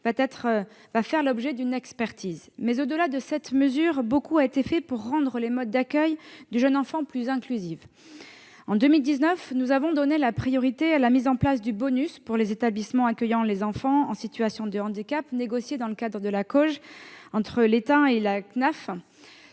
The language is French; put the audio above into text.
l'objet d'une expertise, mais, au-delà de cette mesure, beaucoup a déjà été fait pour rendre les modes d'accueil du jeune enfant plus inclusifs. En 2019, nous avons donné la priorité à la mise en place du bonus pour les établissements accueillant les enfants en situation de handicap, négocié dans le cadre de la COG entre l'État et la CNAF.